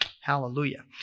Hallelujah